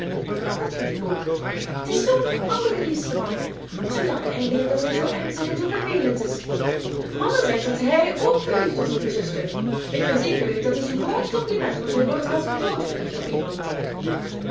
dat vind ik ook t is zoo'n allerliefste man zoo jammer eigenlijk dat hij zoo ernstig en zoo vervelend is mama zegt dat hij ook verliefd was op uw zuster ik verzeker u dat is een groot compliment want hij wordt haast nooit verliefd op iemand